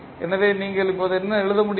எனவே நீங்கள் இப்போது என்ன எழுத முடியும்